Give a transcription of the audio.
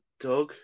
Dog